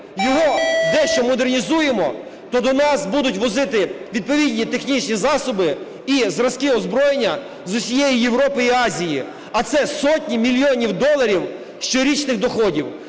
його дещо модернізуємо, то до нас будуть возити відповідні технічні засоби і зразки озброєння з усієї Європи і Азії. А це сотні мільйонів доларів щорічних доходів.